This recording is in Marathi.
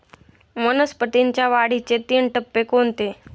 वनस्पतींच्या वाढीचे तीन टप्पे कोणते?